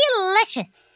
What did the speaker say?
Delicious